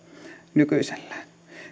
nykyisellään